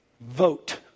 vote